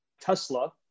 Tesla